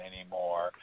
anymore